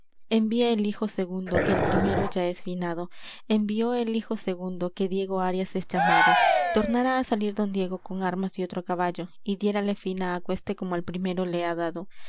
envía el hijo segundo que el primero ya es finado envió el hijo segundo que diego arias es llamado tornara á salir don diego con armas y otro caballo y diérale fin á aquéste como al primero le ha dado